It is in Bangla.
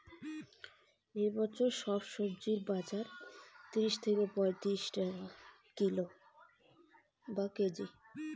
এ বছর স্বজি বাজার কত?